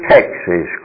Texas